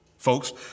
Folks